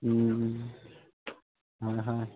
হয় হয়